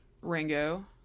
Ringo